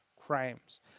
crimes